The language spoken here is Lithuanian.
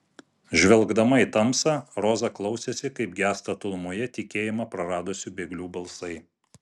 žvelgdama į tamsą roza klausėsi kaip gęsta tolumoje tikėjimą praradusių bėglių balsai